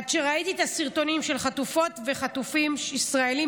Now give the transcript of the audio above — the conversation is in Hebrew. עד שראיתי את הסרטונים של חטופות וחטופים ישראלים